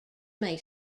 may